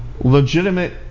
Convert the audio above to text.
legitimate